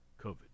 COVID